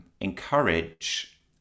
Encourage